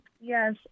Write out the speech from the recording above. Yes